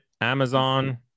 Amazon